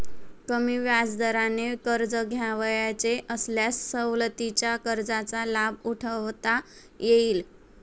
कमी व्याजदराने कर्ज घ्यावयाचे असल्यास सवलतीच्या कर्जाचा लाभ उठवता येईल